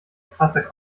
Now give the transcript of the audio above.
krasser